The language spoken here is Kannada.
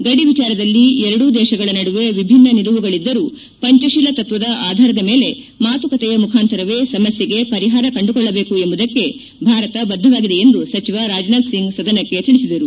ಗಡಿ ವಿಚಾರದಲ್ಲಿ ಎರಡೂ ದೇಶಗಳ ನಡುವೆ ವಿಭಿನ್ನ ನಿಲುವುಗಳಿದ್ದರೂ ಪಂಚತೀಲ ತತ್ವದ ಆದಾರದ ಮೇಲೆ ಮಾತುಕತೆಯ ಮುಖಾಂತರವೇ ಸಮಸ್ಥೆಗೆ ಪರಿಹಾರ ಕಂಡುಕೊಳ್ಳಬೇಕು ಎಂಬುದಕ್ಕೆ ಭಾರತ ಬದ್ದವಾಗಿದೆ ಎಂದು ಸಚಿವ ರಾಜನಾಥ್ ಸಿಂಗ್ ಸದನಕ್ಕೆ ತಿಳಿಸಿದರು